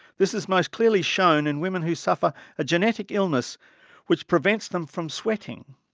this is most clearly shown in women who suffer a genetic illness which prevents them from sweating.